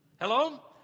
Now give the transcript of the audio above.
Hello